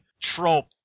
trope